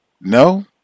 no